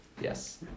yes